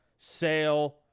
Sale